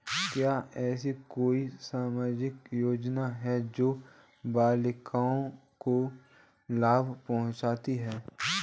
क्या ऐसी कोई सामाजिक योजनाएँ हैं जो बालिकाओं को लाभ पहुँचाती हैं?